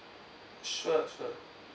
sure sure